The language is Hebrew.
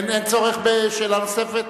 אין צורך בשאלה נוספת?